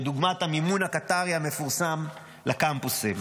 כדוגמת המימון הקטרי המפורסם לקמפוסים.